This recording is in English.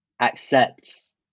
accepts